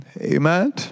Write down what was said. Amen